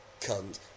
cunt